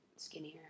skinnier